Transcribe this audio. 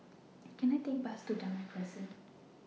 Can I Take A Bus to Damai Crescent